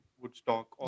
Woodstock